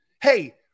Hey